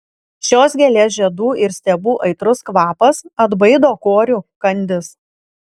šios gėlės žiedų ir stiebų aitrus kvapas atbaido korių kandis